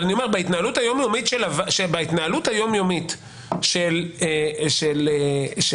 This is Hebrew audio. אבל בהתנהלות היומיומית של הממשלה